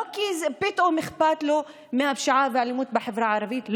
לא כי פתאום אכפת לו מהפשיעה ומהאלימות בחברה הערבית.